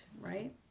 right